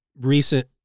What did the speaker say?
recent